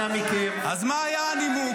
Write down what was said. די.